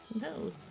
No